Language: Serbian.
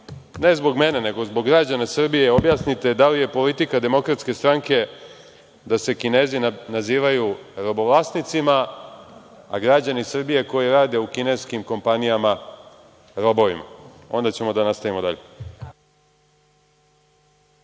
ne zbog mene, nego zbog građana Srbije, objasnite da li je politika DS da se Kinezi nazivaju robovlasnicima, a građani Srbije koji rade u kineskim kompanijama robovima. Onda ćemo da nastavimo dalje.(Balša